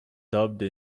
dubbed